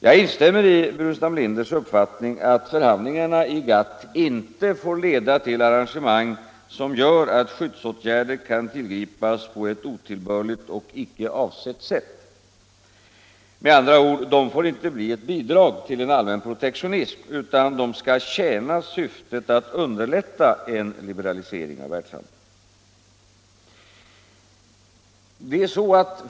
Jag instämmer i herr Burenstam Linders uppfattning att förhandlingarna i GATT inte får leda till arrangemang som gör att skyddsåtgärder kan tillgripas på ett otillbörligt och icke avsett sätt. Med andra ord: De får inte bli ett bidrag till allmän protektionism, utan de skall tjäna syftet att underlätta en liberalisering av världshandeln.